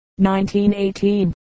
1918